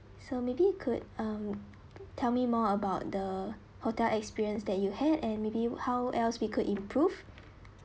so maybe you could um tell me more about the hotel experience that you had and maybe how else we could improve